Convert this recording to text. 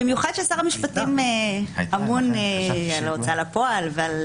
במיוחד ששר המשפטים אמון על ההוצאה לפועל ועל